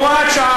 הוראת שעה,